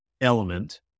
element